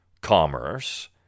commerce